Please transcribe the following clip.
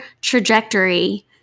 trajectory